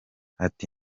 ati